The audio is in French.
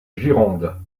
gironde